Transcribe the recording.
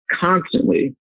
constantly